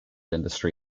industry